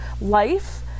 life